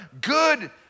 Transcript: good